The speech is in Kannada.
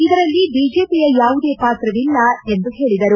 ಇದರಲ್ಲಿ ಬಿಜೆಪಿಯ ಯಾವುದೇ ಪಾತ್ರವಿಲ್ಲ ಎಂದು ಹೇಳಿದರು